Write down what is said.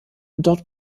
dort